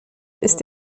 ist